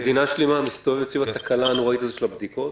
מדינה שלמה מסתובבת סביב התקלה הנוראית הזאת של הבדיקות,